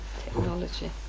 technology